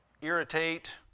irritate